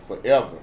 forever